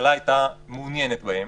הייתה מעוניינת בהם